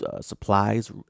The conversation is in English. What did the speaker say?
supplies